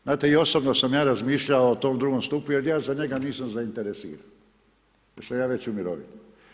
Znate i osobno sam ja razmišljao o tom drugom stupu jer ja za njega nisam zainteresiran jer sam ja već u mirovini.